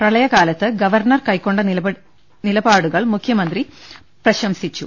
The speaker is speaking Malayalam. പ്രളയകാലത്ത് ഗവർണർ കൈക്കൊണ്ട നടപടികളെയും മുഖ്യമന്ത്രി പ്രശംസിച്ചു